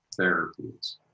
therapies